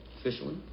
Officially